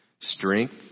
strength